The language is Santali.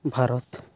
ᱵᱷᱟᱨᱚᱛ